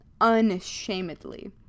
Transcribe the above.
unashamedly